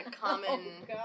common